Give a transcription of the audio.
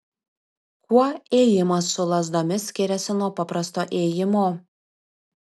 kuo ėjimas su lazdomis skiriasi nuo paprasto ėjimo